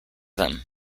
them